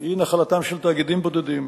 היא נחלתם של תאגידים בודדים,